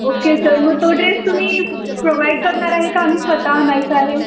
okay sir मग तो dress तुम्ही प्रोव्हाइड करणार आहे का आम्ही स्वतः आणायचा आहे